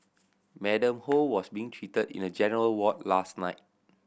Madam Ho was being treated in a general ward last night